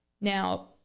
Now